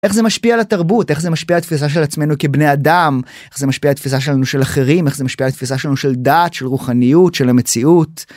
איך זה משפיע על התרבות? איך זה משפיע על תפיסה של עצמנו כבני אדם? איך זה משפיע על תפיסה שלנו של אחרים? איך זה משפיע על תפיסה שלנו של דעת של רוחניות של המציאות.